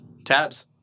Tabs